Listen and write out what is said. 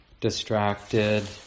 distracted